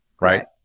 right